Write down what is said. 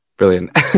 Brilliant